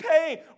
pain